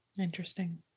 interesting